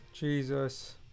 Jesus